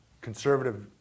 conservative